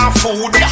food